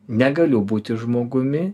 negaliu būti žmogumi